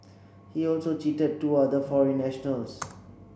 he also cheated two other foreign nationals